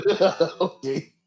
Okay